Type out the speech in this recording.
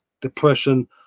depression